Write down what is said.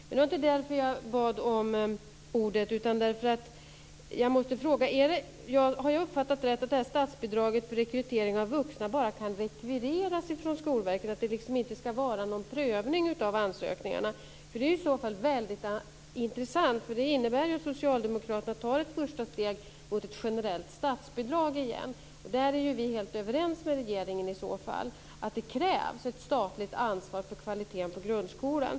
Men det var inte därför som jag bad att få ordet, utan jag begärde ordet därför att jag måste få fråga: Är det rätt uppfattat att statsbidraget för rekrytering av vuxna bara kan rekvireras från Skolverket, att det liksom inte ska vara någon prövning av ansökningarna? I så fall är det väldigt intressant, för det innebär att Socialdemokraterna tar ett första steg mot ett generellt statsbidrag igen. Där är vi i så fall helt överens med regeringen - nämligen om att det krävs ett statligt ansvar för kvaliteten vad gäller grundskolan.